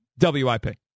WIP